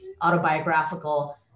autobiographical